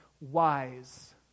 wise